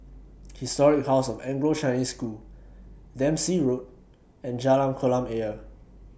Historic House of Anglo Chinese School Dempsey Road and Jalan Kolam Ayer